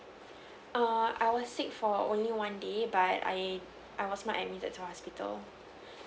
err I was sick for only one day but I I was not admitted to hospital